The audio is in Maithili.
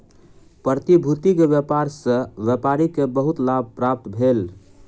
प्रतिभूति के व्यापार सॅ व्यापारी के बहुत लाभ प्राप्त भेल